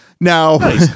now